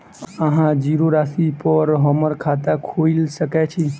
अहाँ जीरो राशि पर हम्मर खाता खोइल सकै छी?